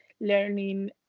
learning